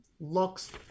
looks